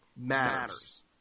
matters